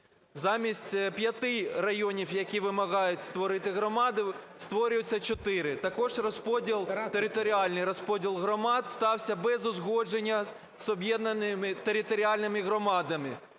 Замість п'яти районів, які вимагають створити громади, створюються чотири. Також розподіл, територіальний розподіл громад стався без узгодження з об'єднаними територіальними громадами.